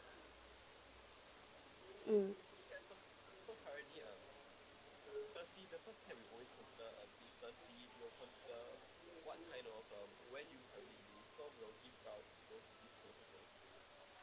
mm